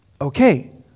Okay